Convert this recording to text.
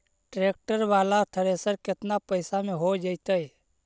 Tractor बाला thresher केतना पैसा में हो जैतै?